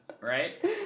Right